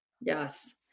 Yes